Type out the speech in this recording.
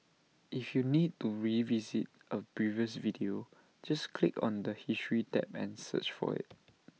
if you need to revisit A previous video just click on the history tab and search for IT